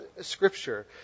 Scripture